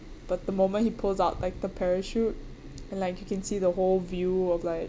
but the moment he pulls out like the parachute and like you can see the whole view of like